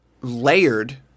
layered